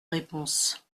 réponse